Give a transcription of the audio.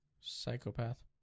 Psychopath